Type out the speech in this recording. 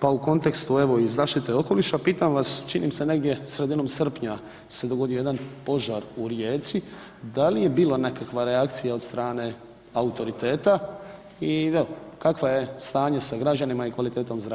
pa u kontekstu evo iz zaštite okoliše, pitam vas, čini mi se negdje sredinom srpnja se dogodio jedan požar u Rijeci, da li je bila nekakva reakcija od strane autoriteta i evo, kakvo je stanje sa građanima i kvalitetom zdravlja?